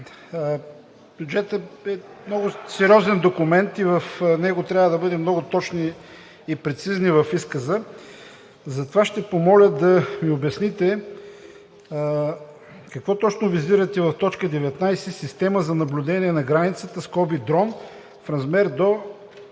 бюджетът е много сериозен документ и в него трябва да бъдем много точни и прецизни в изказа. Затова ще помоля да ми обясните, какво точно визирате в т. 19 „Система за наблюдение на границата с КОБО ДРОН в размер до